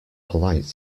polite